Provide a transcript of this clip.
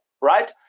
right